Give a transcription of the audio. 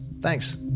Thanks